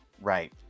Right